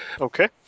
Okay